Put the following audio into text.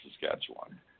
Saskatchewan